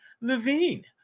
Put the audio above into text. Levine